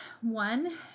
one